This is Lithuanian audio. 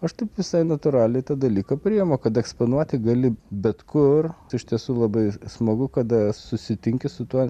aš taip visai natūraliai tą dalyką priimu kad eksponuoti gali bet kur tai iš tiesų labai smagu kada susitinki su tuo